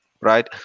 right